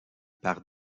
par